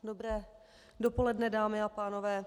Dobré dopoledne, dámy a pánové.